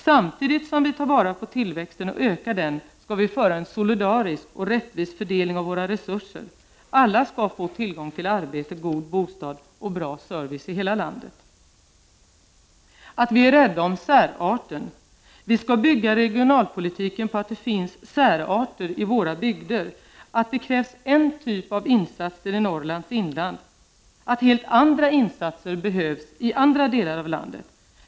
Samtidigt som vi tar vara på tillväxten och ökar den skall vi genomföra en solidarisk och rättvis fördelning av våra resurser. Alla skall få tillgång till arbete, god bostad och bra service i hela landet. Vi skall vidare vara rädda om särarten. Vi skall bygga regionalpolitiken på att det finns särarter i våra bygder, att det krävs en typ av insatser i Norrlands inland, men att helt andra insatser behövs i andra delar av landet.